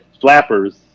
Flappers